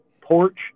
Porch